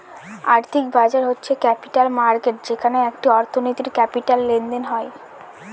আর্থিক বাজার হচ্ছে ক্যাপিটাল মার্কেট যেখানে একটি অর্থনীতির ক্যাপিটাল লেনদেন হয়